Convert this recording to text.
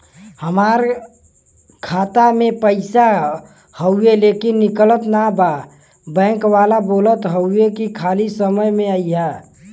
हमार खाता में पैसा हवुवे लेकिन निकलत ना बा बैंक वाला बोलत हऊवे की खाली समय में अईहा